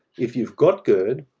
if you've got gerd,